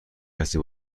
کسی